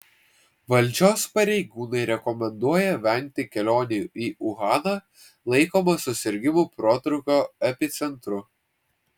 valdžios pareigūnai rekomenduoja vengti kelionių į uhaną laikomą susirgimų protrūkio epicentru